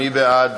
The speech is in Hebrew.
מי בעד?